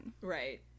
Right